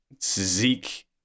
zeke